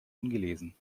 ungelesen